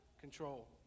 control